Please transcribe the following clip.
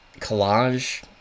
collage